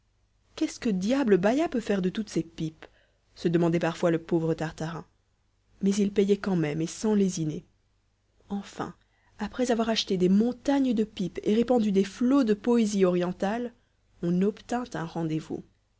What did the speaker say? qu'est-ce que diable baïa peut faire de toutes ces pipes se demandait parfois le pauvre tartarin mais il payait quand même et sans lésiner enfin après avoir acheté des montagnes de pipes et répandu des flots de poésie orientale on obtint un rendez-vous